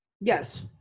Yes